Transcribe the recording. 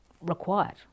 required